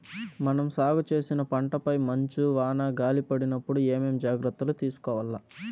మనం సాగు చేసిన పంటపై మంచు, వాన, గాలి పడినప్పుడు ఏమేం జాగ్రత్తలు తీసుకోవల్ల?